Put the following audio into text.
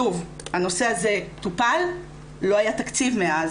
שוב, הנושא הזה טופל, לא היה תקציב מאז.